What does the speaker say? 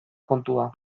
kontua